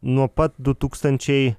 nuo pat du tūkstančiai